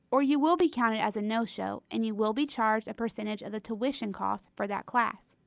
or you will be counted as a no show and you will be charged a percentage of the tuition cost for that class.